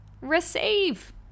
receive